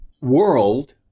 world